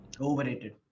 Overrated